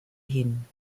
hin